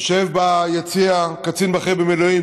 יושב ביציע קצין בכיר במילואים,